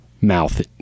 mouth